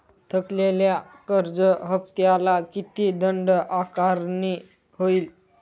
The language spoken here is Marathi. थकलेल्या कर्ज हफ्त्याला किती दंड आकारणी होईल?